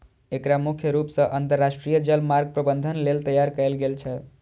एकरा मुख्य रूप सं अंतरराष्ट्रीय जलमार्ग प्रबंधन लेल तैयार कैल गेल छै